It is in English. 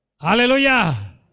Hallelujah